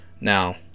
Now